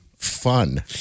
fun